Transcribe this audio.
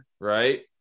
right